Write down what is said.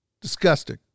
disgusting